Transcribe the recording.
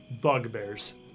bugbears